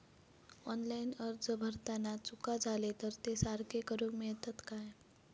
Online अर्ज भरताना चुका जाले तर ते सारके करुक मेळतत काय?